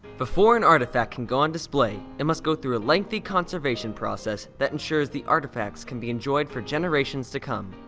before an artifact can go on display, it must go through a lengthy conservation process that ensures the artifacts can be enjoyed for generations to come.